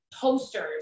posters